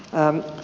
somalia